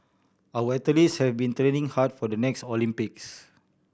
our athletes have been training hard for the next Olympics